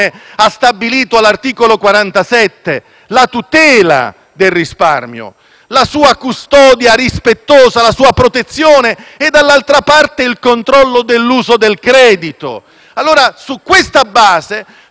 ha stabilito, all'articolo 47, la tutela del risparmio, la sua custodia rispettosa, la sua protezione e, dall'altra parte, il controllo dell'uso del credito. Su questa base,